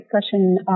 discussion